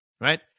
right